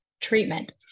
treatment